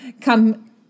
come